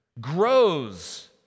grows